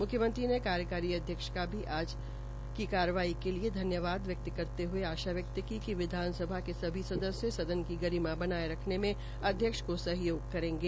मुख्यमंत्री ने कार्यकारी अध्यक्ष का भी आज की कार्रवा के लिए धन्यवाद व्यकत करते हये आशा व्यक्त की कि विधानसभा के सभी सदस्य सदन की गरिमा बनाये रखने मे अध्यक्ष को सहयोग करेंगे